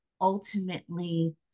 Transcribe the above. ultimately